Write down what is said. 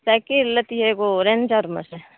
cycle लेतियै एगो रेंजरमे से